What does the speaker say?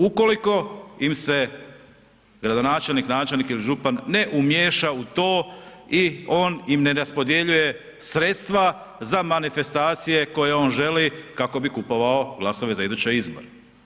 Ukoliko im se gradonačelnik, načelnik ili župan ne umiješa u to i on im ne raspodjeljuje sredstva za manifestacije koje on želi kako bi kupovao glasove za iduće izbore.